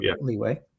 leeway